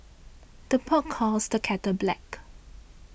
the pot calls the kettle black